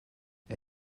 est